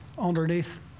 underneath